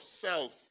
self